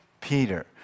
Peter